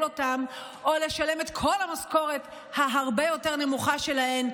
אותם או לשלם את כל המשכורת הנמוכה הרבה יותר שלהן,